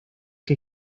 que